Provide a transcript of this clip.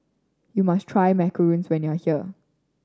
you must try Macarons when you are here